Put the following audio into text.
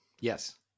Yes